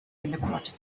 democratic